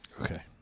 Okay